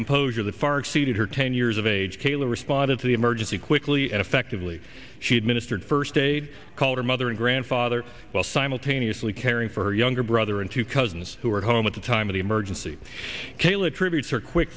composure the far exceeded her ten years of age kayla responded to the emergency quickly and effectively she administered first aid called her mother and grandfather while simultaneously caring for her younger brother and two cousins who were home at the time of the emergency kayla tributes are quick